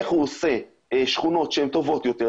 איך הוא עושה שכונות שהן טובות יותר,